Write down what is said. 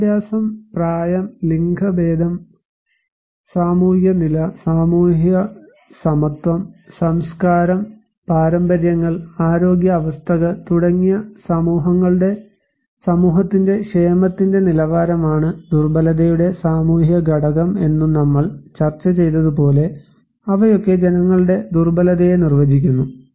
വിദ്യാഭ്യാസം പ്രായം ലിംഗഭേദം സാമൂഹിക നില സാമൂഹിക സമത്വം സംസ്കാരം പാരമ്പര്യങ്ങൾ ആരോഗ്യ അവസ്ഥകൾ തുടങ്ങിയ സമൂഹങ്ങളുടെ സമൂഹത്തിന്റെ ക്ഷേമത്തിന്റെ നിലവാരമാണ് ദുർബലതയുടെ സാമൂഹിക ഘടകം എന്നും നമ്മൾ ചർച്ച ചെയ്തതുപോലെ അവയൊക്കെ ജനങ്ങളുടെ ദുർബലതയെ നിർവചിക്കുന്നു